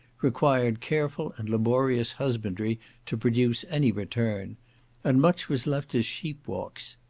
required careful and laborious husbandry to produce any return and much was left as sheep-walks.